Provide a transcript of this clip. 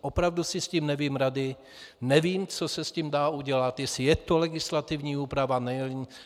Opravdu se s tím nevím rady, nevím, co se s tím dá udělat, jestli je to legislativní úprava,